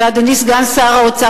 ואדוני סגן שר האוצר,